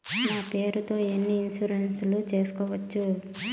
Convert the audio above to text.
నా పేరుతో ఎన్ని ఇన్సూరెన్సులు సేసుకోవచ్చు?